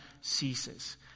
ceases